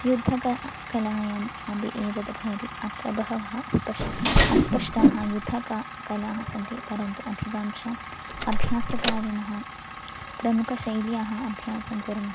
युद्धकलायाम् अपि एतत् भवति अत्र बहवः अस्पष्टाः अस्पष्टाः युद्धकलाः सन्ति परन्तु अधिकांशाम् अभ्यासकारिणः प्रमुखशैल्याः अभ्यासं कुर्वन्ति